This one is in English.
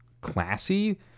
classy